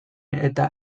eta